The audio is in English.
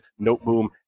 Noteboom